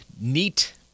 neat